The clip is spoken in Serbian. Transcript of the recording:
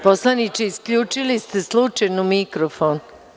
Poslaniče, isključili ste slučajno mikrofon.